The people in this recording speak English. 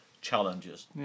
challenges